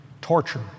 Torture